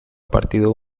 partido